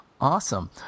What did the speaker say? Awesome